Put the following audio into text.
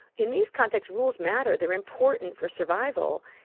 in these contexts, rules matter, they are important for survival,